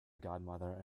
godmother